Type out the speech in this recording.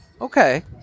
Okay